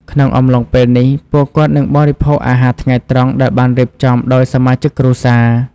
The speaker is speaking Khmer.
ក្នុងអំឡុងពេលនេះ ពួកគាត់នឹងបរិភោគអាហារថ្ងៃត្រង់ដែលបានរៀបចំដោយសមាជិកគ្រួសារ។